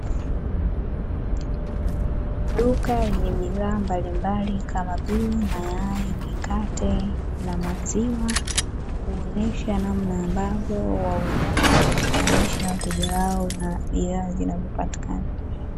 Duka lenye bidhaa mbalimbali kama vile mayai, mikate na maziwa kuonesha namna ambavyo wauzaji wanafahamisha wateja wao na bidhaa zinazopatikana.